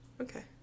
Okay